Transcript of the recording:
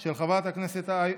פ/3459/24,